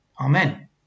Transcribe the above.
Amen